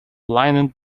blinded